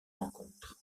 rencontres